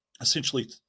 essentially